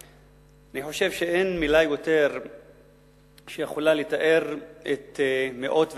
אני חושב שאין מלה שיכולה לתאר את מאות,